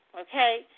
okay